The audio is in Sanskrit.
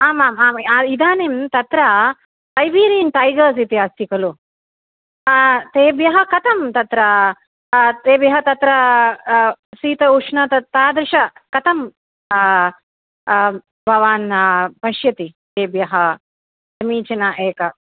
आम् आम् आम् इदानीं तत्र सैबीरियन् टैगर्स् इति अस्ति खलु तेभ्यः कथं तत्र तेभ्यः तत्र शीतम् उष्णं तत् तादृश कथं भवान् पश्यति तेभ्यः समीचीनम् एकम्